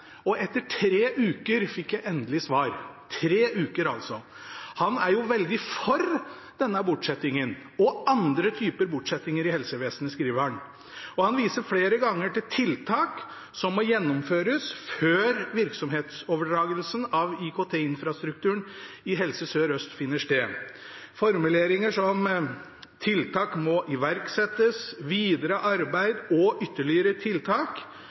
og etter tre uker fikk jeg endelig svar – tre uker! Han er veldig for denne bortsettingen – og andre typer bortsettinger i helsevesenet, skriver han. Og han viser flere ganger til tiltak som må gjennomføres før virksomhetsoverdragelsen av IKT-infrastrukturen i Helse Sør-Øst finner sted. Formuleringer som «tiltak må iverksettes», «videre arbeid» og «ytterligere tiltak»